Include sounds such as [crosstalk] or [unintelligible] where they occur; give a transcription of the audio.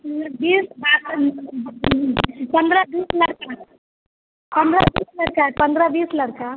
बीस बारह [unintelligible] पंद्रह बीस लड़का है पंद्रह बीस लड़का है पंद्रह बीस लड़का